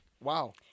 wow